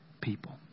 people